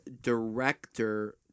director